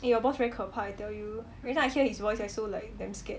eh your boss very 可怕 I tell you every time I hear his voice I so like damn scared